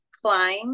climb